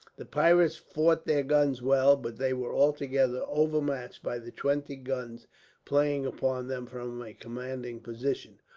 the pirates fought their guns well, but they were altogether over matched by the twenty guns playing upon them from a commanding position.